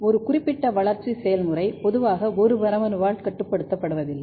ஒரு குறிப்பிட்ட வளர்ச்சி செயல்முறை பொதுவாக ஒரு மரபணுவால் கட்டுப்படுத்தப்படுவதில்லை